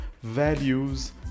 values